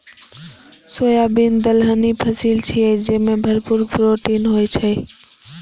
soybean दलहनी फसिल छियै, जेमे भरपूर प्रोटीन होइ छै